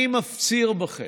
אני מפציר בכם,